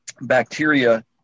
bacteria